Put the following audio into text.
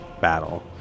battle